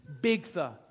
Bigtha